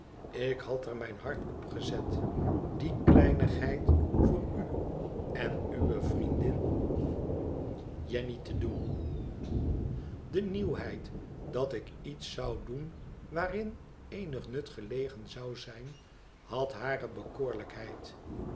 ik had er mijn hart op gezet die kleinigheid voor u en uwe vriendin jenny te doen de nieuwheid dat ik iets zou doen waarin eenig nut gelegen zou zijn had hare